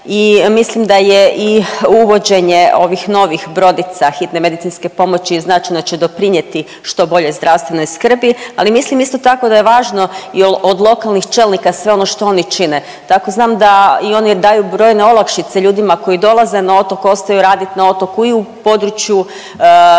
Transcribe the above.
i mislim da je i uvođenje ovih novih brodica hitne medicinske pomoći značajno će doprinijeti što boljoj zdravstvenoj srbi, ali mislim isto tako da je važno jel od lokalnih čelnika sve ono što oni čine. Tako znam da i oni daju brojne olakšice ljudima koji dolaze na otok, ostaju raditi na otoku i u području